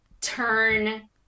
turn